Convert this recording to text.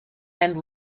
and